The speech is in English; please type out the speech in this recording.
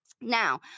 Now